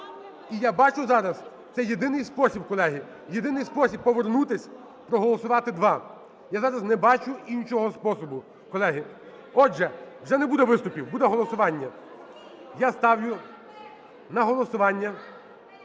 І я бачу зараз, це єдиний спосіб, колеги, єдиний спосіб – повернутись, проголосувати два. Я зараз не бачу іншого способу, колеги. Отже, вже не буде виступів. Буде голосування. Я ставлю на голосування